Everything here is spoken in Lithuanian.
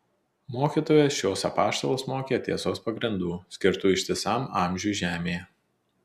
mokytojas šiuos apaštalus mokė tiesos pagrindų skirtų ištisam amžiui žemėje